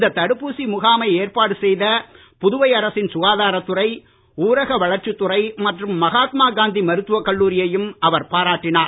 இந்த தடுப்பூசிமுகாமை ஏற்பாடு செய்த புதுவை அரசின் சுகாதாரத்துறை ஊரக வளர்ச்சித்துறை மற்றும் மகாத்மா காந்தி மருத்துவக் கல்லூரியை அவர் பாராட்டினார்